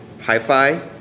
Hi-Fi